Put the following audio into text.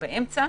ההתקהלות.